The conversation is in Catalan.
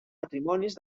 matrimonis